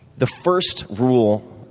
the first rule,